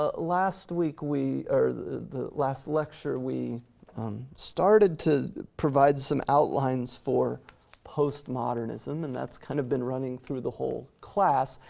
ah last week, or the last lecture, we started to provide some outlines for postmodernism, and that's kind of been running through the whole class,